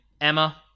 Emma